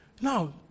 Now